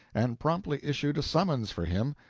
and promptly issued a summons for him,